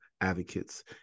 advocates